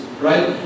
right